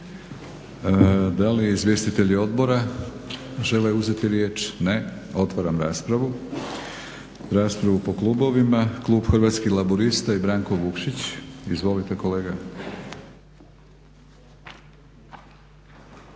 Da li izvjestitelji odbora žele uzeti riječ? Ne. Otvaram raspravu. Raspravu po klubovima. Klub Hrvatskih laburista i Branko Vukšić. Izvolite kolega.